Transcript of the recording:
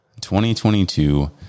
2022